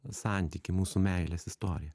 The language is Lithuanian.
santykį mūsų meilės istoriją